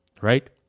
right